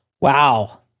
Wow